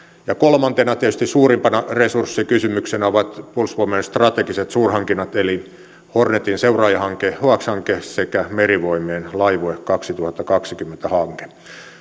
ja kolmantena tietysti suurimpana resurssikysymyksenä ovat puolustusvoimien strategiset suurhankinnat eli hornetin seuraajahanke hx hanke sekä merivoimien laivue kaksituhattakaksikymmentä hanke